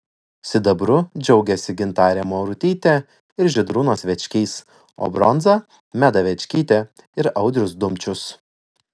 sidabru džiaugėsi gintarė maurutytė ir žydrūnas večkys o bronza meda večkytė ir audrius dumčius